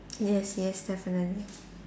yes yes definitely